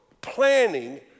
planning